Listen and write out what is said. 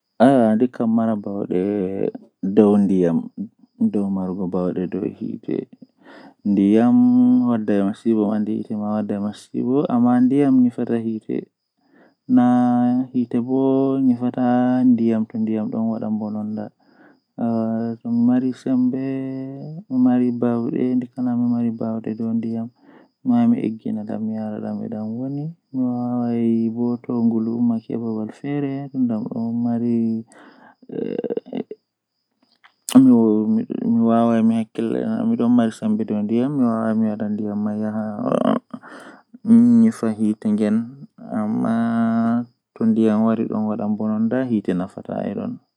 To ayidi ahawra shayi arandewol kam awada ndiym haa nder koofi deidei ko ayidi yarugo, Nden awadda ganye haako jei be wadirta tea man awaila haa nder awada shuga alanya jam ahebi tea malla shayi ma.